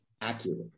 accurate